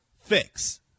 fix